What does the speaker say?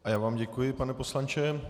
A já vám děkuji, pane poslanče.